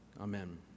Amen